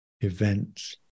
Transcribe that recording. events